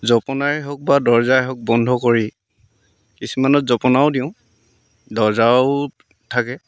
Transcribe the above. জপনাই হওক বা দৰ্জাই হওক বন্ধ কৰি কিছুমানত জপনাও দিওঁ দৰ্জাও থাকে